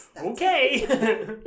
Okay